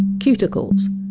cuticles.